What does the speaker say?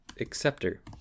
acceptor